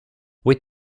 with